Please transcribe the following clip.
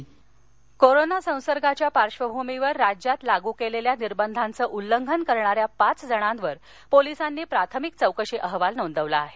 corona FIR corona संसर्गाच्या पार्श्वभूमीवर राज्यात लागू केलेल्या निर्बधांचं उल्लंघन करणाऱ्या पाच जणांवर पोलिसांनी प्राथमिक चौकशी अहवाल नोंदवला आहे